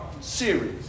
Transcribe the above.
series